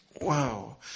Wow